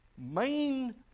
main